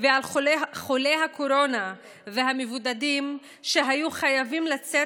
ועל חולי הקורונה והמבודדים שהיו חייבים לצאת